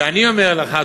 ואני אומר לך,